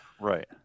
right